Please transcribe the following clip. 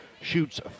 Shoots